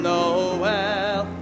Noel